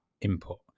input